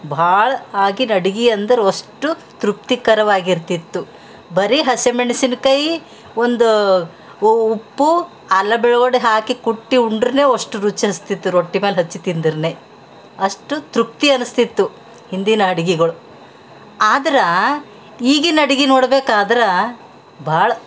ಭಾಳ ಆಗಿನ ಅಡ್ಗೆ ಅಂದರ್ವಷ್ಟು ತೃಪ್ತಿಕರವಾಗಿರ್ತಿತ್ತು ಬರೀ ಹಸಿ ಮೆಣಸಿನಕಾಯಿ ಒಂದು ಉಪ್ಪು ಅಲ್ಲ ಬೆಳ್ಳುಳ್ಳಿ ಹಾಕಿ ಕುಟ್ಟಿ ಉಂಡ್ರೇನೆ ಅಷ್ಟು ರುಚಿ ಹಸ್ತಿತ್ತು ರೊಟ್ಟಿ ಮೇಲೆ ಹಚ್ಚಿ ತಿಂದ್ರೆ ಅಷ್ಟು ತೃಪ್ತಿ ಅನಿಸ್ತಿತ್ತು ಹಿಂದಿನ ಅಡ್ಗೆಗಳು ಆದ್ರೆ ಈಗಿನ ಅಡ್ಗೆ ನೋಡ್ಬೇಕಾದ್ರೆ ಭಾಳ